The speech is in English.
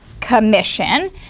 commission